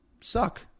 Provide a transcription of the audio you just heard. suck